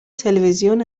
تلویزیون